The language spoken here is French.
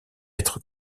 être